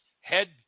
head